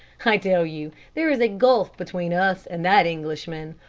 i tell you, there is a gulf between us and that englishman,